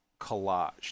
collage